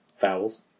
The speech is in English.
vowels